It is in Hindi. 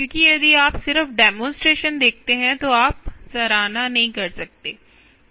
क्योंकि यदि आप सिर्फ डेमोंस्ट्रेशन देखते हैं तो आप सराहना नहीं कर सकते